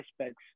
aspects